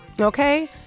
okay